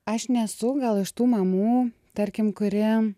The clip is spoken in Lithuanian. aš nesu iš tų mamų tarkim kuri